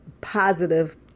positive